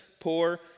poor